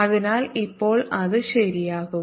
അതിനാൽ ഇപ്പോൾ അത് ശരിയാക്കുക